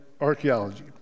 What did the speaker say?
archaeology